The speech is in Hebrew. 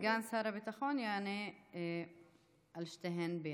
סגן שר הביטחון יענה על שתיהן ביחד.